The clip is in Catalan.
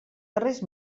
darrers